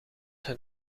het